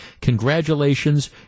congratulations